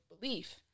belief